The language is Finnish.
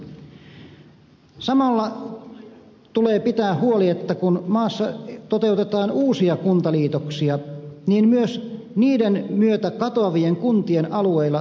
samalla tulee pitää huoli että kun maassa toteutetaan uusia kuntaliitoksia niin myös niiden myötä katoavien kuntien alueilla toimipaikka säilyy